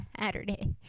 Saturday